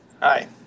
hi